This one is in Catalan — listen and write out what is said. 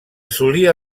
solia